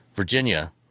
Virginia